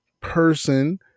person